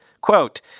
Quote